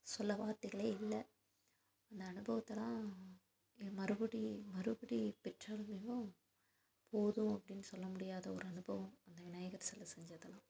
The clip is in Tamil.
சொல்ல வார்த்தைகளே இல்லை அந்த அனுபவத்தயெலாம் எ மறுபடி மறுபடி பெற்றாலுமேவும் போதும் அப்படின்னு சொல்ல முடியாத ஒரு அனுபவம் அந்த விநாயகர் சிலை செஞ்சதெல்லாம்